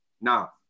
Now